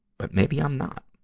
but maybe i'm not.